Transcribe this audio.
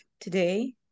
today